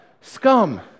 scum